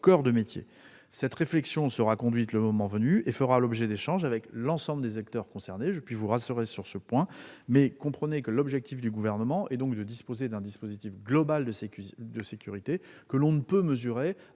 coeur de métier. Cette réflexion sera conduite le moment venu et fera l'objet d'échanges avec l'ensemble des acteurs concernés, je puis vous rassurer sur ce point. L'objectif du Gouvernement est de se doter d'un dispositif global de sécurité, dont on ne peut mesurer